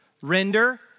Render